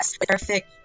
perfect